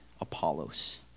Apollos